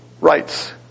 rights